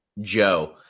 Joe